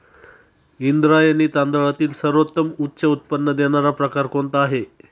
इंद्रायणी तांदळातील सर्वोत्तम उच्च उत्पन्न देणारा प्रकार कोणता आहे?